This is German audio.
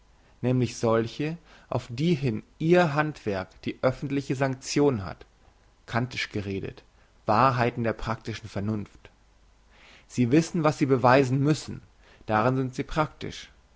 nämlich solche auf die hin ihr handwerk die öffentliche sanktion hat kantisch geredet wahrheiten der praktischen vernunft sie wissen was sie beweisen müssen darin sind sie praktisch